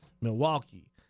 Milwaukee